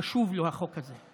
חשוב לו החוק הזה.